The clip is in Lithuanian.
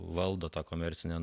valdo tą komercinę